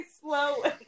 slowly